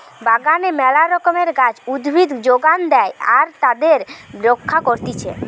বাগানে মেলা রকমের গাছ, উদ্ভিদ যোগান দেয়া আর তাদের রক্ষা করতিছে